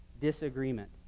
disagreement